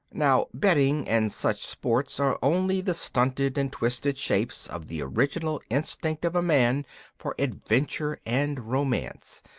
now betting and such sports are only the stunted and twisted shapes of the original instinct of man for adventure and romance,